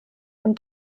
und